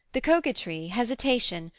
the coquetry, hesitation,